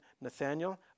Nathaniel